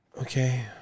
Okay